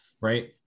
right